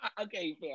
Okay